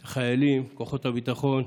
חיילים, כוחות הביטחון,